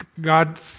God